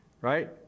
right